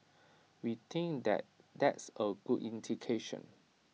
we think that that's A good indication